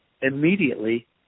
immediately